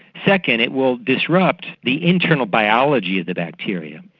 second, it will disrupt the internal biology of the bacteria,